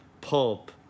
Pulp